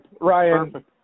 Ryan